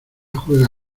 juega